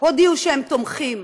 הודיעו שהם תומכים,